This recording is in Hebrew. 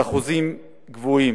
באחוזים גבוהים.